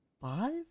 Five